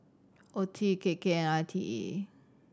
Oeti K K and I T E